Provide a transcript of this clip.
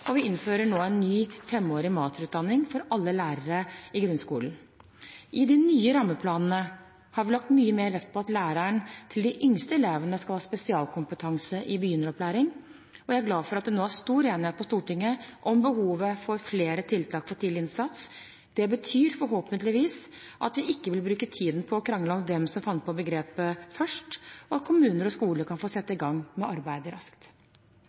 og vi innfører nå en ny, femårig masterutdanning for alle lærere i grunnskolen. I de nye rammeplanene har vi lagt mye mer vekt på at lærerne til de yngste elevene skal ha spesialkompetanse i begynneropplæring, og jeg er glad for at det nå er stor enighet på Stortinget om behovet for flere tiltak for tidlig innsats. Det betyr forhåpentligvis at vi ikke vil bruke tiden på å krangle om hvem som fant på begrepet først, og at kommuner og skoler kan få sette i gang med arbeidet raskt.